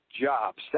jobs